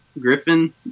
Griffin